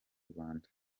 rwanda